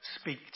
speak